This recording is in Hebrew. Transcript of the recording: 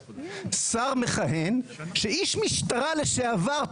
השמאל מפעילים את המשטרה עם הבולשוויקיים,